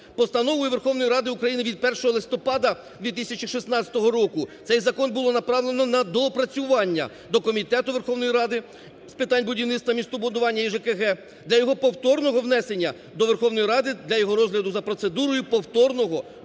Постановою Верховної Ради України від 1 листопада 2016 року цей закон було направлено на доопрацювання до Комітету Верховної Ради з питань будівництва, містобудування і ЖКГ, для його повторного внесення до Верховної Ради, для його розгляду за процедурою повторного другого